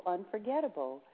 Unforgettable